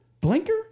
Blinker